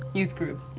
youth group.